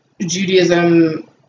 Judaism